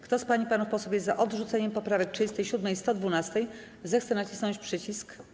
Kto z pań i panów posłów jest za odrzuceniem poprawek 37. i 112., zechce nacisnąć przycisk.